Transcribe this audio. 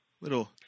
little